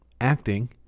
acting